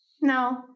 No